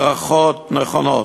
מערכות נכונות.